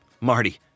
Marty